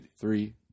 Three